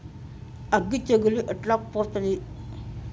అగ్గి తెగులు ఎట్లా పోతది?